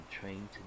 trained